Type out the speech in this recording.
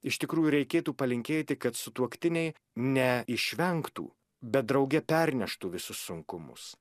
iš tikrųjų reikėtų palinkėti kad sutuoktiniai ne išvengtų bet drauge perneštų visus sunkumus